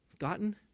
gotten